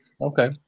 Okay